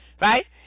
right